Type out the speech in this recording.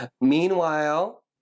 Meanwhile